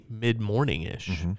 mid-morning-ish